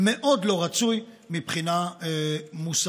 מאוד לא רצוי מבחינה מוסרית.